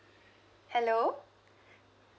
hello